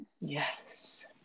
Yes